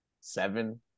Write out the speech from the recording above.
seven